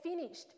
finished